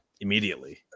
immediately